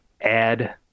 add